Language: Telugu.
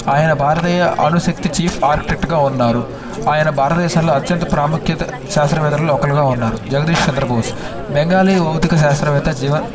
ఆయన భారతీయ అణుశక్తి చీఫ్ ఆర్కెట్గా ఉన్నారు ఆయన భారతదేశంలో అత్యంత ప్రాముఖ్యత శాస్త్రవేత్తల్లో ఒకరిగా ఉన్నారు జగదీష్ చంద్రబోస్ బెంగాలీ భౌతిక శాస్త్రవేత్త జీవ